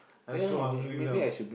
I'm so hungry now